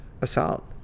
assault